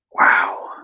wow